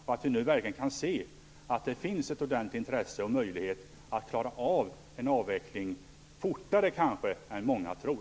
Nu kan vi verkligen se att det finns ett ordentligt intresse och en möjlighet att klara av en avveckling, kanske fortare än många tror.